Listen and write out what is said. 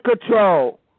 control